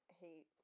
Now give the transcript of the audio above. hate